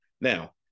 Now